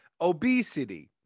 obesity